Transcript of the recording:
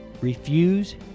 Refuse